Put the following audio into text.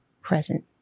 present